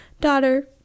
daughter